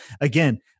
again